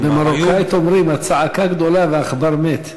במרוקאית אומרים: הצעקה גדולה והעכבר מת.